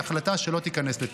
היא החלטה שלא תיכנס לתוקף.